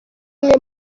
imwe